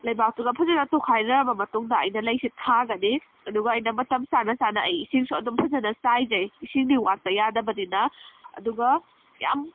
ꯂꯩꯕꯥꯛꯇꯨꯒ ꯐꯖꯅ ꯇꯣꯠꯈꯥꯏꯅꯔꯕ ꯃꯇꯨꯡꯗ ꯑꯩꯅ ꯂꯩꯁꯤ ꯊꯥꯒꯅꯤ ꯑꯗꯨꯒ ꯑꯩꯅ ꯃꯇꯝ ꯆꯥꯅ ꯆꯥꯅ ꯑꯩ ꯏꯁꯤꯡꯁꯨ ꯑꯗꯨꯝ ꯐꯖꯅ ꯆꯥꯏꯖꯩ ꯏꯁꯤꯡꯗꯤ ꯋꯥꯠꯄ ꯌꯥꯗꯕꯅꯤꯅ ꯑꯗꯨꯒ ꯌꯥꯝ